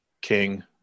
King